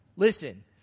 Listen